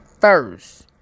first